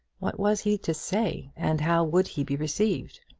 what was he to say, and how would he be received?